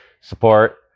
support